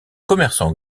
commerçant